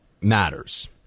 matters